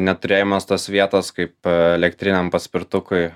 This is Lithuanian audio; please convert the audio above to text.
neturėjimas tos vietos kaip elektriniam paspirtukui